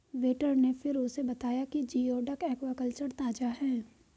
waiter ने फिर उसे बताया कि जिओडक एक्वाकल्चर ताजा है